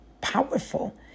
powerful